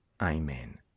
Amen